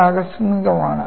ഇത് ആകസ്മികമാണ്